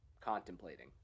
contemplating